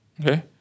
Okay